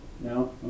No